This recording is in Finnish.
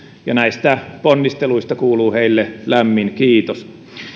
ja näistä ponnisteluista kuuluu heille lämmin kiitos